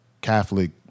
Catholic